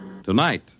Tonight